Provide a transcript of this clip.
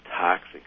toxic